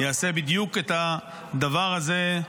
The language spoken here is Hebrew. הוא יעשה בדיוק את הדבר הזה.